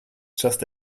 just